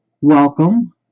welcome